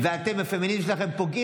עוטפים את החיילים, את בושה.